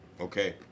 okay